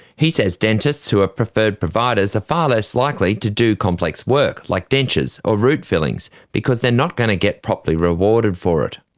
he says dentists who are preferred providers are ah far less likely to do complex work like dentures or root fillings because they are not going to get properly rewarded for it.